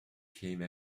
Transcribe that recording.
came